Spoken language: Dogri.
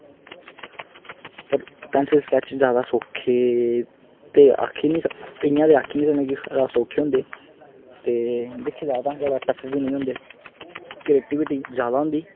पर पैंसल स्कैच ज्यादा सौक्खे ते आक्खी नेईं सकदा इ'यां ते आक्खी नेईं सकनां ज्यादा सौक्खे होंदे ते दिक्खेआ जा ते ज्यादा टफ बी नेईं होंदे करेटीविटी ज्यादा होंदी